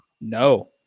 no